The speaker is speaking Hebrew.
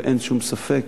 ואין שום ספק